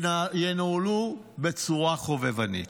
ינוהלו בצורה חובבנית.